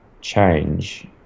change